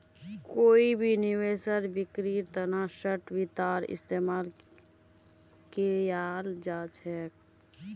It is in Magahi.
कोई भी निवेशेर बिक्रीर तना शार्ट वित्तेर इस्तेमाल कियाल जा छेक